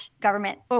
government